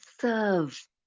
serve